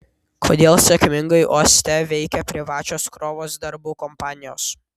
kodėl sėkmingai uoste veikia privačios krovos darbų kompanijos